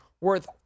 worth